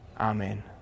Amen